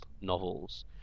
novels